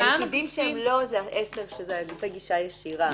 הגופים שיש להם גישה ישירה הם ב-10.